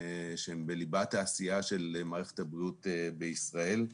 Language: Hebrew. שהם בליבת העשייה של מערכת הבריאות בישראל.